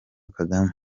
kagame